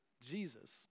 Jesus